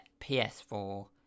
ps4